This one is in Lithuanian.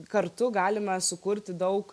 kartu galime sukurti daug